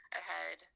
ahead